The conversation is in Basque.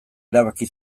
erabaki